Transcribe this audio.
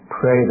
pray